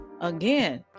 Again